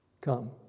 Come